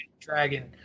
Dragon